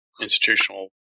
institutional